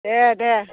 दे दे